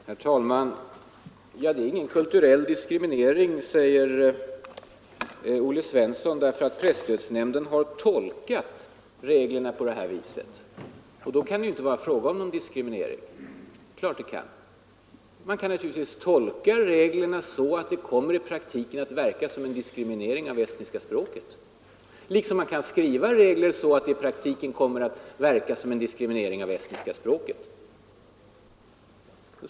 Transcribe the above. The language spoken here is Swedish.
Herr talman! Det är ingen kulturell diskriminering, säger Olle Svensson. Presstödsnämnden har tolkat reglerna på det här viset, säger han, och då kan det ju inte vara fråga om någon diskriminering. Det är klart att det kan! Man kan naturligtvis tolka reglerna så att det i praktiken kommer att verka som en diskriminering av estniska språket. Man kan också skriva regler så att dessa i praktiken verkar som en diskriminering av estniska språket.